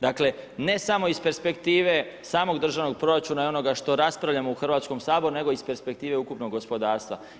Dakle ne samo iz perspektive samog državnog proračuna i onoga što raspravljamo u Hrvatskom saboru, nego iz perspektive ukupnog gospodarstva.